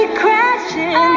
crashing